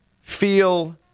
feel